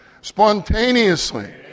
spontaneously